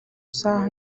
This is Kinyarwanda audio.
saha